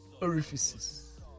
orifices